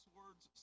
words